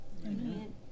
Amen